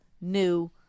new